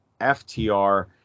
ftr